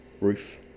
roof